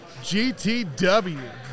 GTW